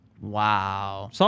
Wow